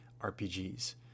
rpgs